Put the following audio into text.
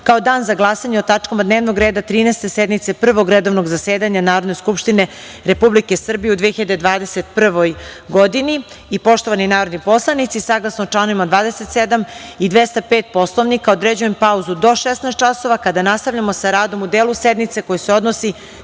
kao dana za glasanje o tačkama dnevnog reda Trinaeste sednice Prvog redovnog zasedanja Narodne skupštine Republike Srbije, u 2021. godini. Poštovani narodni poslanici, saglasno članovima 27. i 205. Poslovnika, određujem pauzu do 16,00 časova kada nastavljamo sa radom u delu sednice koji se odnosi